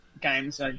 games